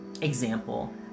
example